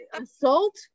assault